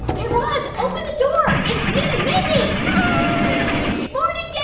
guy raz, open the door. it's me, mindy hey, mindy good morning,